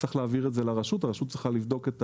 צריך להעביר את זה לרשות, הרשות צריכה לבדוק את